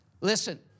Listen